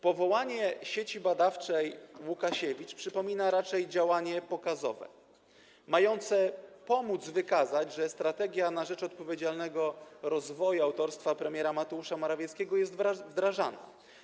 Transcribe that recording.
Powołanie Sieci Badawczej: Łukasiewicz przypomina raczej działanie pokazowe mające pomóc wykazać, że strategia na rzecz odpowiedzialnego rozwoju autorstwa premiera Mateusza Morawieckiego jest wdrażana.